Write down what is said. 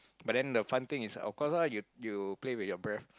but then the fun thing is of course lah you you play with your breath